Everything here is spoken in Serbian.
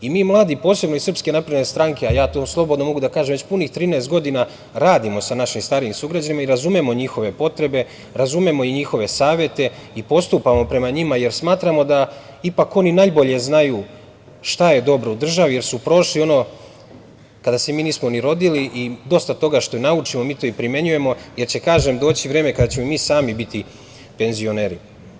Mi mladi, posebno iz SNS, a ja to slobodno mogu da kažem, već punih 13 godina radimo sa našim starijim sugrađanima i razumemo njihove potrebe, razumemo i njihove savete i postupamo prema njima, jer smatramo da ipak oni najbolje znaju šta je dobro u državi, jer su prošli ono kada se mi nismo ni rodili i dosta toga što naučimo mi to i primenjujemo, jer će, kažem, doći vreme kada ćemo i mi sami biti penzioneri.